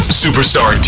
superstar